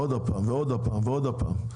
עוד הפעם ועוד הפעם ועוד הפעם.